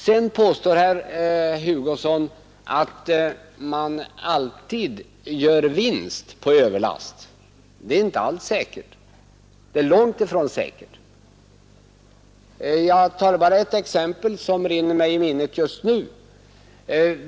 Sedan påstår herr Hugosson att man alltid gör vinst på överlast. Det är långt ifrån säkert. Jag tar bara ett exempel som rinner mig i minnet just nu.